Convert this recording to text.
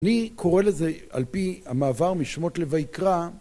אני קורא לזה על פי המעבר משמות לויקרא.